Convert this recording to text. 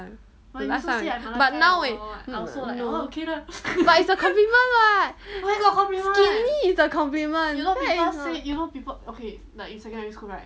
but now eh no but it's a complement what skinny is a compliment